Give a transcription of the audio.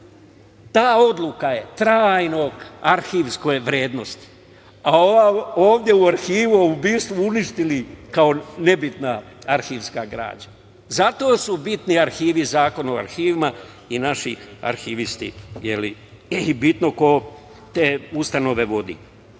ta odluka je trajne arhivske vrednosti, a ovu ovde u Arhivu o ubistvu uništili kao nebitnu arhivsku građu. Zato su bitni arhivi, Zakon o arhivima i naši arhivisti i bitno je ko te ustanove